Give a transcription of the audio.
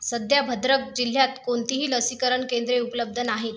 सध्या भद्रक जिल्ह्यात कोणतीही लसीकरण केंद्रे उपलब्ध नाहीत